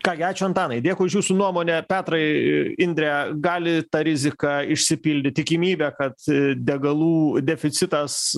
ką gi ačiū antanai dėkui už jūsų nuomonę petrai indre gali ta rizika išsipildyti tikimybė kad degalų deficitas